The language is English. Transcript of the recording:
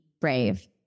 brave